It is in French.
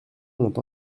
ont